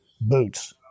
boots